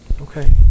Okay